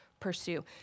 pursue